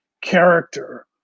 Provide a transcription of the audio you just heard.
character